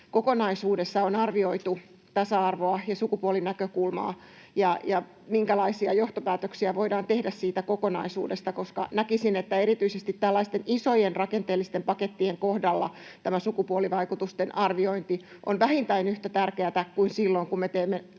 kokonaisuudessa on arvioitu tasa-arvoa ja sukupuolinäkökulmaa, ja minkälaisia johtopäätöksiä voidaan tehdä siitä kokonaisuudesta? Näkisin, että erityisesti tällaisten isojen rakenteellisten pakettien kohdalla tämä sukupuolivaikutusten arviointi on vähintään yhtä tärkeätä kuin silloin, kun me teemme